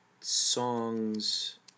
songs